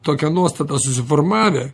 tokią nuostatą susiformavę